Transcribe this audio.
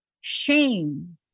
shame